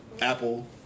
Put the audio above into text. Apple